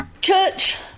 church